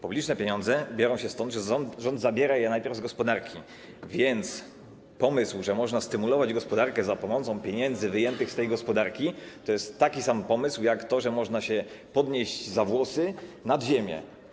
Publiczne pieniądze biorą się stąd, że rząd zabiera je najpierw z gospodarki, więc pomysł, że można stymulować gospodarkę za pomocą pieniędzy wyjętych z tej gospodarki, to jest taki sam pomysł jak to, że można się podnieść za włosy nad ziemię.